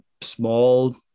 small